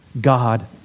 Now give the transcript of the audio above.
God